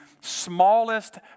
smallest